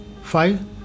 Five